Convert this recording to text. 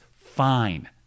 fine